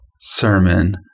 sermon